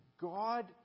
God